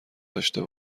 داشه